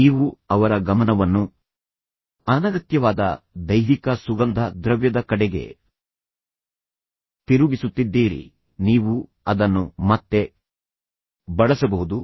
ನೀವು ಅವರ ಗಮನವನ್ನು ಅನಗತ್ಯವಾದ ದೈಹಿಕ ಸುಗಂಧ ದ್ರವ್ಯದ ಕಡೆಗೆ ತಿರುಗಿಸುತ್ತಿದ್ದೀರಿ ನೀವು ಅದನ್ನು ಮತ್ತೆ ಬಳಸಬಹುದು